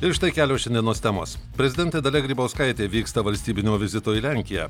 ir štai kelios šiandienos temos prezidentė dalia grybauskaitė vyksta valstybinio vizito į lenkiją